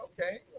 Okay